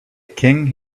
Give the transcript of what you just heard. king